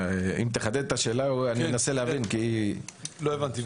אם תחדד את השאלה אני אנסה להבין, כי לא הבנתי.